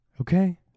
Okay